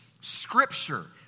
Scripture